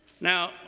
Now